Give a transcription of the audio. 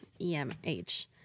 EMH